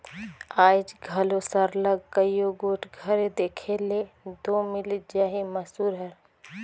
आएज घलो सरलग कइयो गोट घरे देखे ले दो मिलिच जाही मूसर हर